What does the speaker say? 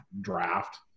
draft